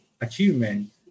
achievement